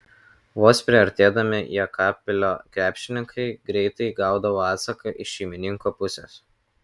vos priartėdami jekabpilio krepšininkai greitai gaudavo atsaką iš šeimininkų pusės